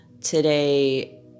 Today